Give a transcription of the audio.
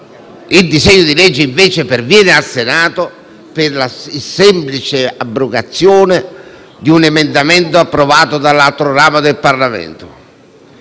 il disegno di legge perviene al Senato per la semplice abrogazione di un emendamento approvato dall'altro ramo del Parlamento,